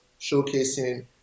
showcasing